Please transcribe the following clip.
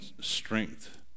strength